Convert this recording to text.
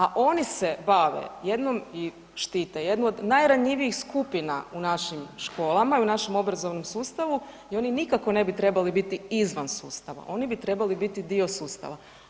A oni se bave, jednom, i štite, jednu od najranjivijih skupina u našim školama i u našem obrazovnom sustavu i oni nikako ne bi trebali biti izvan sustava, oni bi trebali biti dio sustava.